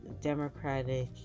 Democratic